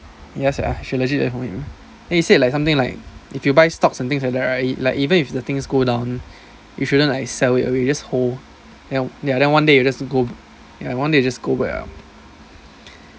ya sia should legit learn from him then he said like something like if you buy stocks and things like that right like even if the things go down you shouldn't like sell it away you just hold ya then one day you just go ya one day you just go back up